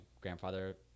grandfather